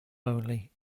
only